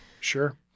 Sure